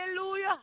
Hallelujah